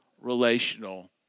relational